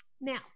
Now